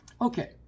Okay